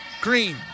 Green